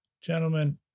Gentlemen